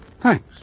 Thanks